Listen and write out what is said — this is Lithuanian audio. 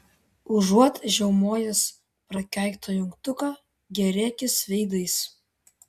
užuot žiaumojęs prakeiktą jungtuką gėrėkis veidais